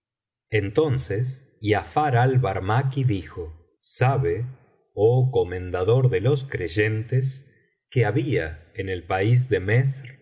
entonces giafar al barro aki dijo sabe oh comendador de los creyentes que había en el país de mesr